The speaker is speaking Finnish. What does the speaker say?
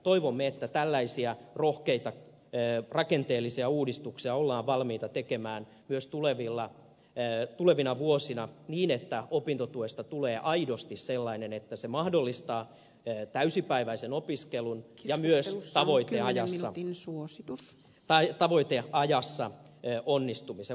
toivomme että tällaisia rohkeita rakenteellisia uudistuksia ollaan valmiita tekemään myös tulevina vuosina niin että opintotuesta tulee aidosti sellainen että se mahdollistaa täysipäiväisen opiskelun ja myös tavoiteajassa onnistumisen